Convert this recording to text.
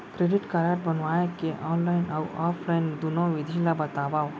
Credit card बनवाए के online अऊ ऑफलाइन दुनो विधि ला बतावव?